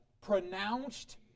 pronounced